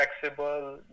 flexible